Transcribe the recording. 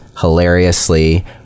hilariously